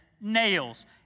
nails